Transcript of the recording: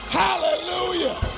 hallelujah